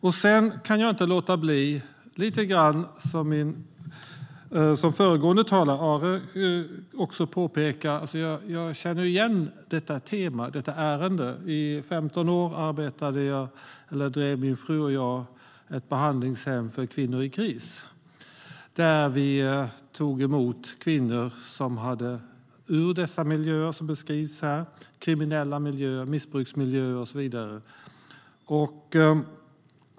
Jag kan inte låta bli att, liksom föregående talare, Arhe, påpeka att jag känner igen detta tema och ärende. Jag och min fru drev under 15 år ett behandlingshem för kvinnor i kris. Där tog vi emot kvinnor från miljöer som beskrivs här: kriminella miljöer, missbruksmiljöer och så vidare.